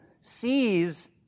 sees